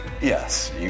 yes